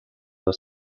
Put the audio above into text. was